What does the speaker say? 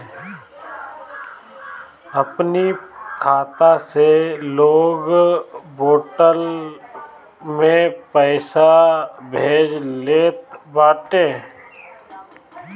अपनी खाता से लोग वालेट में पईसा भेज लेत बाटे